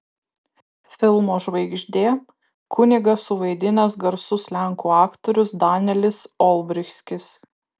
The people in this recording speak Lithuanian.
filmo žvaigždė kunigą suvaidinęs garsus lenkų aktorius danielis olbrychskis